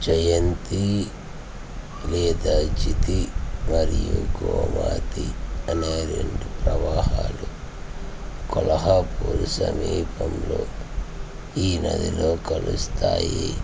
జయంతి లేదా జితి మరియు గోమతి అనే రెండు ప్రవాహాలు కొల్హాపూర్ సమీపంలో ఈ నదిలో కలుస్తాయి